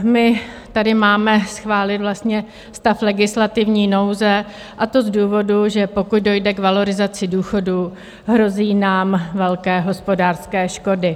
My tady máme schválit vlastně stav legislativní nouze, a to z důvodu, že pokud dojde k valorizaci důchodů, hrozí nám velké hospodářské škody.